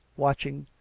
watching,